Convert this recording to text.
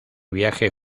viaje